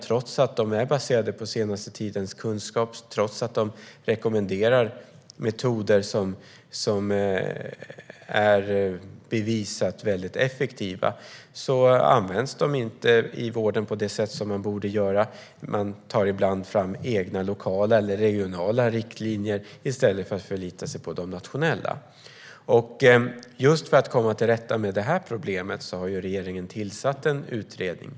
Trots att de är baserade på den senaste tidens kunskaper och trots att metoder som har bevisats vara väldigt effektiva rekommenderas används de inte i vården på det sätt som de borde. Ibland tas egna lokala eller regionala riktlinjer fram i stället för att man förlitar sig på de nationella. För att komma till rätta med just detta problem har regeringen tillsatt en utredning.